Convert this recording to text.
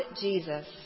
Jesus